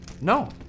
No